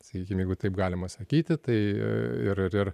sakykim jeigu taip galima sakyti tai ir ir ir